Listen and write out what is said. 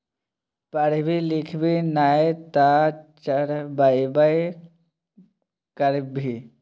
पढ़बी लिखभी नै तँ चरवाहिये ने करभी